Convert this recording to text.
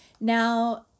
Now